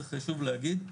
זה חשוב להגיד,